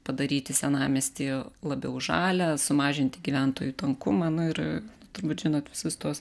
padaryti senamiestį labiau žalią sumažinti gyventojų tankumą nu ir turbūt žinot visus tuos